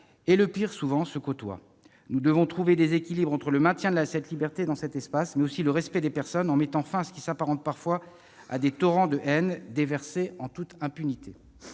et le pire souvent se côtoient. Nous devons trouver des équilibres entre le maintien de la liberté de cet espace, mais aussi le respect des personnes en mettant fin à ce qui s'apparente parfois à des torrents de haine déversés en toute impunité.